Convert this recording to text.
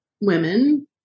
women